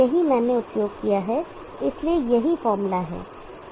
यही मैंने उपयोग किया है इसलिए यही फार्मूला है